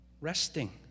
Resting